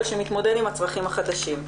אבל שמתמודד עם הצרכים החדשים.